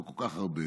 לא כל כך הרבה,